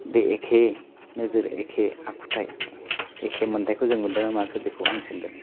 बे एखे नोजोर एखे आखुथाइ एखे मोन्थायखौ जों मोन्दों ना मोनाखै बेखौ आं सोंगोन